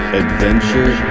adventure